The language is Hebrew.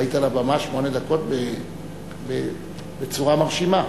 היית על הבמה שמונה דקות, בצורה מרשימה.